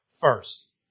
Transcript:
first